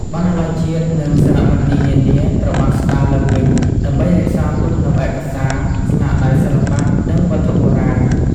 បណ្ណាល័យជាតិ និងសារមន្ទីរនានាត្រូវបានស្តារឡើងវិញ ដើម្បីរក្សាទុកនូវឯកសារ ស្នាដៃសិល្បៈ និងវត្ថុបុរាណ។